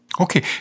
Okay